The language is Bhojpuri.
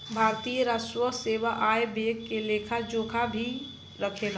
भारतीय राजस्व सेवा आय व्यय के लेखा जोखा भी राखेले